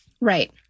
Right